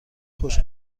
خوش